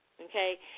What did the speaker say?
Okay